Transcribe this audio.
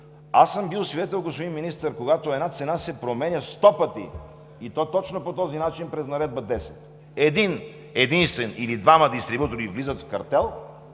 Аз съм бил свидетел, господин Министър, когато една цена се променя 100 пъти, и то точно по този начин – през Наредба № 10. Един-единствен или двама дистрибутори влизат в картел,